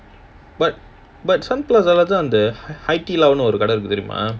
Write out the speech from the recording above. but but sun plaza பக்கத்துல:pakkathula hai di lao னு ஒரு கடை இருக்கு தெரியுமா:nu oru kada irukku theriyumaa